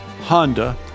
Honda